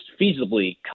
feasibly